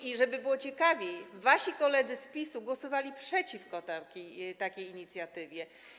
I żeby było ciekawiej, wasi koledzy z PiS-u głosowali przeciwko takiej inicjatywie.